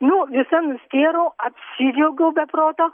nu visa nustėrau apsidžiaugiau be proto